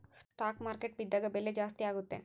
stock market ಬಿದ್ದಾಗ ಬೆಲೆ ಜಾಸ್ತಿ ಆಗುತ್ತೆ